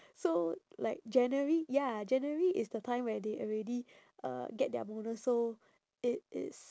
so like january ya january is the time where they already uh get their bonus so it is